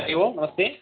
हरिः ओं नमस्ते